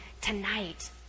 tonight